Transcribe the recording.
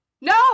No